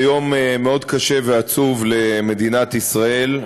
זה יום מאוד קשה ועצוב למדינת ישראל,